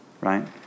Right